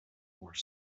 more